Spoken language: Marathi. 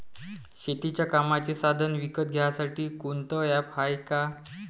शेतीच्या कामाचे साधनं विकत घ्यासाठी कोनतं ॲप हाये का?